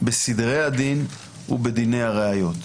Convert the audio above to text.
בסדרי הדין ובדיני הראיות.